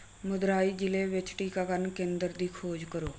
ਮਦੁਰਾਈ ਜ਼ਿਲ੍ਹੇ ਵਿੱਚ ਟੀਕਾਕਰਨ ਕੇਂਦਰ ਦੀ ਖੋਜ ਕਰੋ